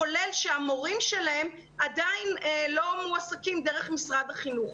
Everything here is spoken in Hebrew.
כולל שהמורים שלהם עדיין לא מועסקים דרך משרד החינוך.